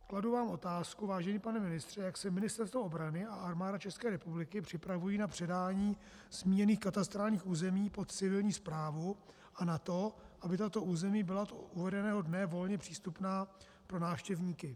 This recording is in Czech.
Kladu vám otázku, vážený pane ministře, jak se Ministerstvo obrany a Armáda České republiky připravují na předání zmíněných katastrálních území pod civilní správu a na to, aby tato území byla od uvedeného dne volně přístupná pro návštěvníky.